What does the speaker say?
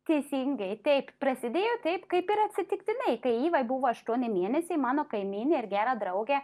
teisingai taip prasidėjo taip kaip ir atsitiktinai kai ivai buvo aštuoni mėnesiai mano kaimynė ir gera draugė